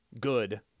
good